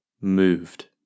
moved